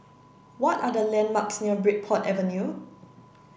what are the landmarks near Bridport Avenue